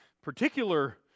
particular